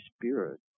spirit